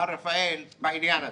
מר רפאל, בעניין הזה.